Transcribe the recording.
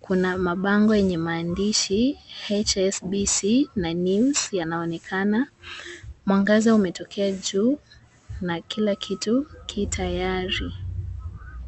kuna mabango yenye maandishi HSBC na news yanaonekana. Mwangaza umetokea juu na kila kitu ki tayari.